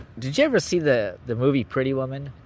did you ever see the the movie pretty woman?